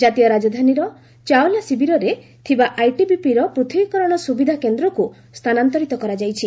ଜାତୀୟ ରାଜଧାନୀର ଚାଓଲା ଶିବିରରେ ଥିବା ଆଇଟିବିପିର ପୃଥକୀକରଣ ସୁବିଧା କେନ୍ଦ୍ରକୁ ସ୍ଥାନାନ୍ତରିତ କରାଯାଇଛି